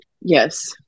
Yes